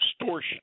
extortion